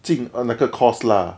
进 err 那个 course lah